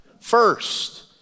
first